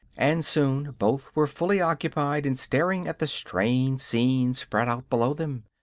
and soon both were fully occupied in staring at the strange scenes spread out below them.